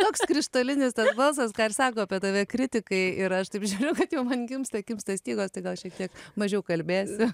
toks krištolinis tas balsas ką ir sako apie tave kritikai ir aš taip žiūriu kad jau man kimsta kimsta stygos tai gal šiek tiek mažiau kalbėsiu